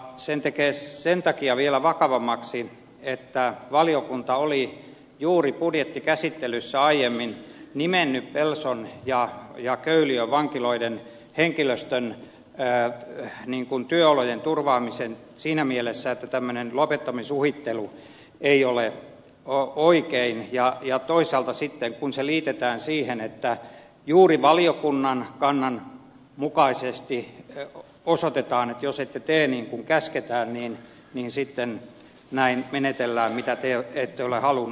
sen tekee vielä vakavammaksi että valiokunta oli juuri budjettikäsittelyssä aiemmin nimennyt pelson ja köyliön vankiloiden henkilöstön työolojen turvaamisen siinä mielessä että tämmöinen lopettamisuhittelu ei ole oikein ja toisaalta sitten kun se liitetään siihen että juuri valiokunnan kannan mukaisesti osoitetaan että jos ette tee niin kuin käsketään niin sitten näin menetellään mitä te ette ole halunneet